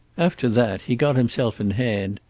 after that he got himself in hand,